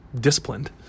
disciplined